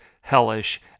hellish